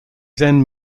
then